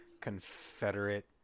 Confederate